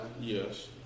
Yes